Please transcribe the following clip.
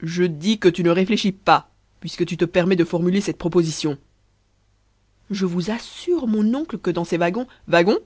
je dis que tu ne réfléchis pas puisque tu te permets de formuler cette proposition je vous assure mon oncle que dans ces wagons wagons